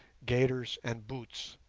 gaiters, and boots.